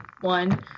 one